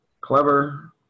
clever